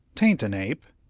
taint an ape.